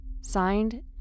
Signed